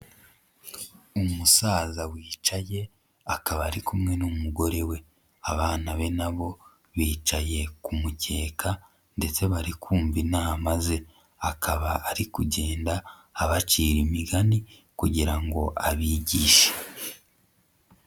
Umusaza wicaye akaba ari kumwe n'umugore we. Abana be na bo bicaye ku mukeka ndetse barikumva inama ze akaba ari kugenda abacira imigani kugira ngo abigishe.